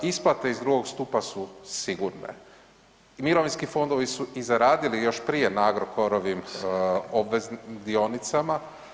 Isplate iz drugog stupa su sigurne i mirovinski fondovi su i zaradili još prije na Agrokorovim dionicama.